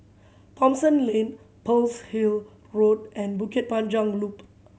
Thomson Lane Pearl's Hill Road and Bukit Panjang Loop